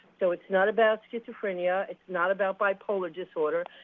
so it is not about schizophrenia. it is not about bipolar disorder.